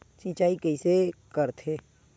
सिंचाई कइसे करथे?